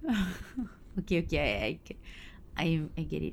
okay okay I I get I I get it